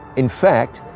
in fact,